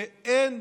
ואין